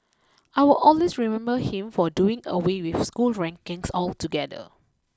I will always remember him for doing away with school rankings altogether